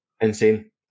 Insane